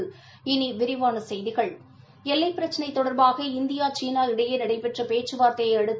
இனி விரிவான செய்திகள் ஏல்லைப் பிரச்சினை தொடர்பாக இந்தியா சீனா இடையே நடைபெற்ற பேச்சுவார்த்தையை அடுத்து